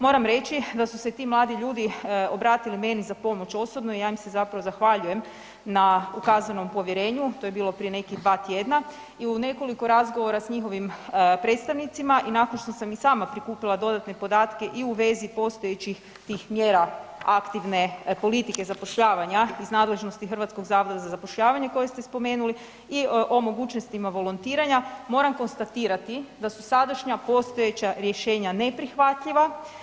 Moram reći da su se ti mladi ljudi obratili meni za pomoć osobno i ja im se zapravo zahvaljujem na ukazanom povjerenju, to je bilo prije nekih dva tjedna i u nekoliko razgovora s njihovim predstavnicima i nakon što sam i sama prikupila dodatne podatke i u vezi postojećih tih mjera aktivne politike zapošljavanja iz nadležnosti HZZ-a koje ste spomenuli i o mogućnostima volontiranja, moram konstatirati da su sadašnja postojeća rješenja neprihvatljiva.